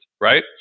right